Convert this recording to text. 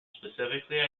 specifically